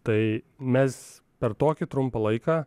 tai mes per tokį trumpą laiką